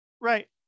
right